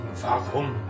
warum